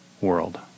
world